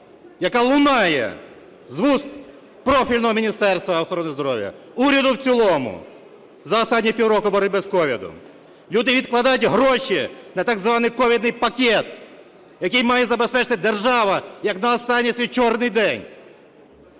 яка лунає з вуст профільного Міністерства охорони здоров'я, уряду в цілому за останні півроку боротьби з COVID. Люди відкладають гроші на так званий ковідний пакет, який має забезпечити держава як на останній свій, "чорний день".